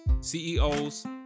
CEOs